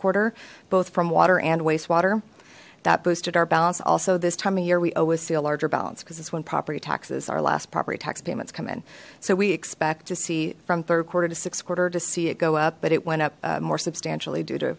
quarter both from water and wastewater that boosted our balance also this time of year we always see a larger balance because it's when property taxes our last property tax payments come in so we expect to see from third quarter to six quarter to see it go up but it went up more substantially due to